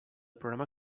programa